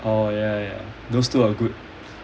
oh ya ya those two are good